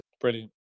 Brilliant